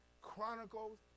Chronicles